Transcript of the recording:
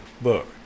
book